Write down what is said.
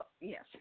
Yes